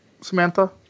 Samantha